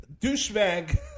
douchebag